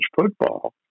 football